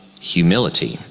humility